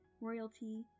royalty